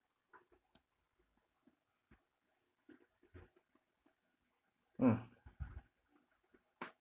mm